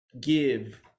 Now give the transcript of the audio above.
give